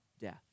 death